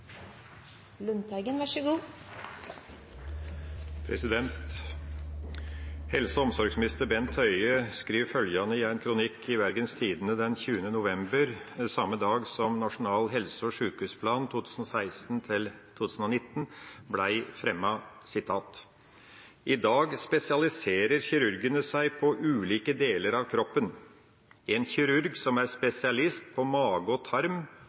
og omsorgsminister Bent Høie skriv følgjande i ein kronikk i Bergens Tidende den 20. november, same dag som Nasjonal helse- og sykehusplan blei fremma: «I dag spesialiserer kirurgene seg på ulike deler av kroppen. En kirurg som er spesialist på mage og tarm,